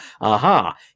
aha